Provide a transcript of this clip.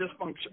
dysfunction